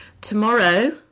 tomorrow